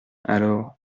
alors